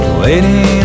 waiting